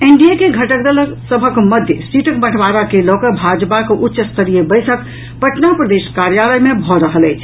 NDA के घटक दल सभक मध्य सीटक बंटवारा के लऽ कऽ भाजपाक उच्च स्तरीय बैसक पटना प्रदेश कार्यालय मे भऽ रहल अछि